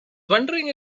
wondering